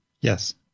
Yes